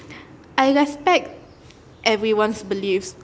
I respect everyone's beliefs